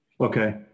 Okay